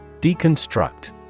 Deconstruct